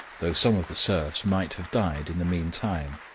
though some of the serfs might have died in the meantime.